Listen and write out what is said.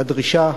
לדרישה.